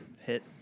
hit